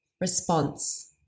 response